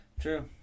True